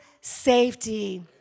safety